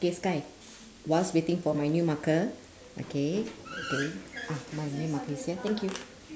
~kay sky whilst waiting for my new marker okay okay oh my new marker is here thank you